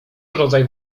rodzaj